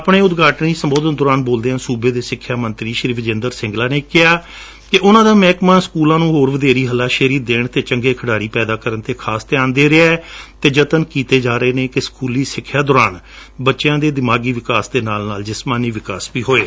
ਆਪਣੇ ਉਦਘਾਟਣੀ ਸੰਬੋਧਨ ਦੌਰਾਨ ਬੋਲਦਿਆਂ ਸੂਬੇ ਦੇ ਸਿੱਖਿਆ ਮੰਤਰੀ ਸ੍ਰੀ ਵਿਜੇ ਇੰਦਰ ਸਿੰਗਲਾ ਨੇ ਕਿਹਾ ਕਿ ਉਨ੍ਹਾਂ ਦਾ ਮਹਿਕਮਾ ਸਕੂਲਾਂ ਨੂੰ ਹੋਰ ਵਧੇਰੀ ਹੱਲਾ ਸ਼ੇਰੀ ਦੇਣ ਅਤੇਂ ਚੰਗੇ ਖਿਡਾਰੀ ਪੈਦਾ ਕਰਣ ਤੇ ਖਾਸ ਧਿਆਨ ਦੇ ਰਿਹੈ ਅਤੇ ਜਤਨ ਕੀਤੇ ਜਾ ਰਹੇ ਨੇ ਕਿ ਸਕੁਲੀ ਸਿੱਕਿਆ ਦੌਰਾਨ ਬੱਚਿਆਂ ਦੇ ਦਿਮਾਗੀ ਵਿਕਾਸ ਦੇ ਨਾਲ ਨਾਲ ਜਿਸਮਾਨੀ ਵਿਕਾਸ ਵੀ ਹੋਵੇ